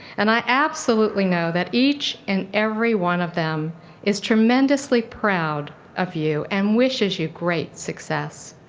and i absolutely know that each and everyone of them is tremendously proud of you and wishes you great success.